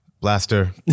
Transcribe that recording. Blaster